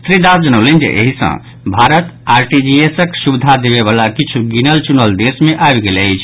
श्री दास जनौलनि जे एहि सँ भारत आरटीजीएसक सुविधा देबयवला किछु गिनल चुनल देश मे आबि गेल अछि